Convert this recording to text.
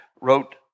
wrote